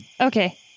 Okay